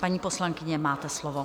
Paní poslankyně, máte slovo.